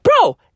bro